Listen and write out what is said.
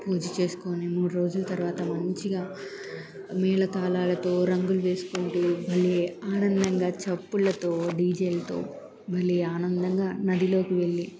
పూజ చేసుకొని మూడు రోజుల తర్వాత మంచిగా మేళ తాలాలతో రంగులు వేసుకుంటూ భలే ఆనందంగా చప్పుళ్ళతో డీజేలతో భలే ఆనందంగా నదిలోకి వెళ్లి